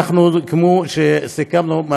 כפי שסיכמנו,